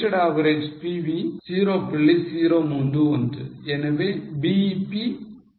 031 எனவே BEP 1765000